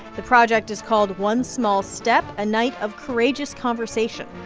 the project is called one small step a night of courageous conversation.